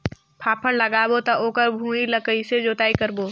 फाफण लगाबो ता ओकर भुईं ला कइसे जोताई करबो?